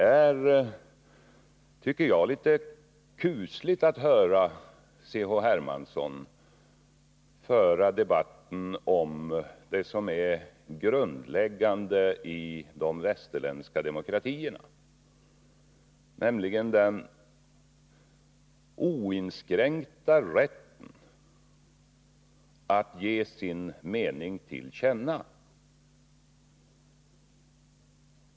Jag tycker det är litet kusligt att höra C.-H. Hermansson föra debatten om det som är grundläggande i de västerländska demokratierna, nämligen den oinskränkta rätten att ge sin mening till känna.